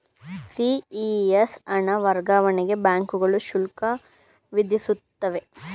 CES ಹಣ ವರ್ಗಾವಣೆಗೆ ಬ್ಯಾಂಕುಗಳು ಶುಲ್ಕ ವಿಧಿಸುತ್ತವೆ